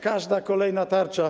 Każda kolejna tarcza.